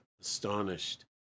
astonished